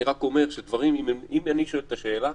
אני רק אומר: אם אני שואל את השאלה,